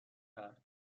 کرد